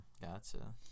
Gotcha